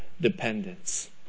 dependence